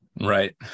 Right